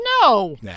No